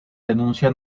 denuncia